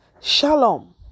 Shalom